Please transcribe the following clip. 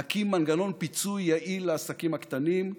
נקים מנגנון פיצוי יעיל לעסקים הקטנים,